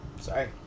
sorry